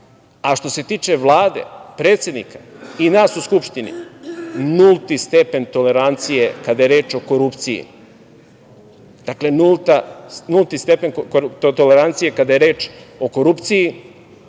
se tiče Vlade, predsednika i nas u Skupštini, nultu stepen tolerancije kada je reč o korupciji. Dakle, nulti stepen tolerancije kada je reč o korupciji.